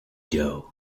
joe